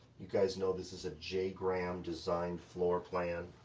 you guys know this is a j graham designed floor plan,